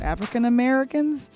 African-Americans